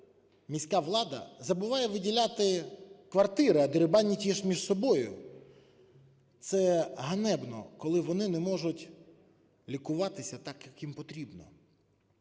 міська влада забуває виділяти квартири, а дерибанять їх між собою. Це ганебно, коли вони не можуть лікуватися так, як їм потрібно.